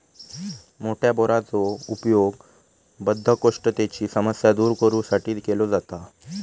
मोठ्या बोराचो उपयोग बद्धकोष्ठतेची समस्या दूर करू साठी केलो जाता